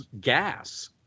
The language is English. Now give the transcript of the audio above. gas